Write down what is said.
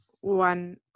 one